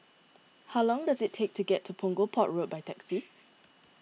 how long does it take to get to Punggol Port Road by taxi